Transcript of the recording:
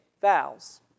vows